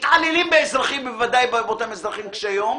מתעללים באזרחים ובוודאי באותם אזרחים קשי יום,